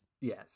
Yes